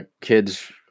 kids